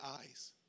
eyes